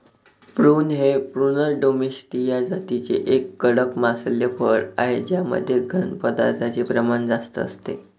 prune हे Prunus domestica जातीचे एक कडक मांसल फळ आहे ज्यामध्ये घन पदार्थांचे प्रमाण जास्त असते